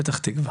פתח תקווה,